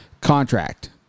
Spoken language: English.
contract